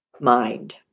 mind